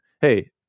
Hey